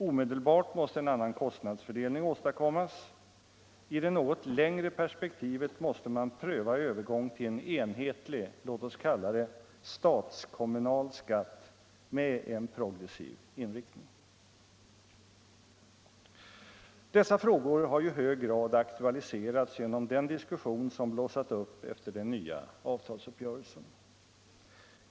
Omedelbart måste en annan kostnadsfördelning åstadkommas, i det något längre perspektivet måste man pröva övergång till en enhetlig ”statskommunal” skatt med en progressiv inriktning. Dessa frågor har ju i hög grad aktualiserats genom den diskussion som blossat upp efter den nya avtalsuppgörelsen.